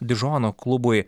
dižono klubui